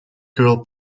girl